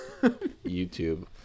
YouTube